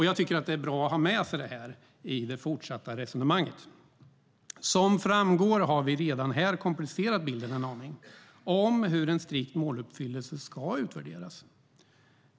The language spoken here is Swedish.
Jag tycker att det är bra att ha med sig det här i det fortsatta resonemanget. Som framgår har vi redan här komplicerat bilden en aning om hur en strikt måluppfyllelse ska utvärderas.